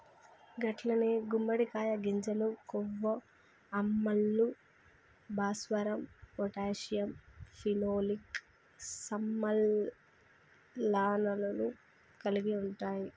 గట్లనే గుమ్మడికాయ గింజలు కొవ్వు ఆమ్లాలు, భాస్వరం పొటాషియం ఫినోలిక్ సమ్మెళనాలను కలిగి ఉంటాయి